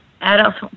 adults